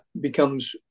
becomes